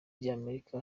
ry’amerika